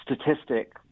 statistic